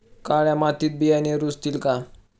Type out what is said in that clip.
काळ्या मातीत बियाणे रुजतील का?